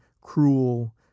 cruel